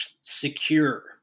secure